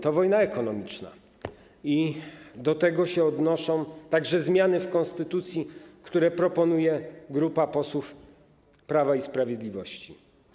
To wojna ekonomiczna i do tego także odnoszą się zmiany w konstytucji, które proponuje grupa posłów Prawa i Sprawiedliwości.